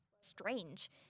strange